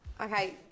Okay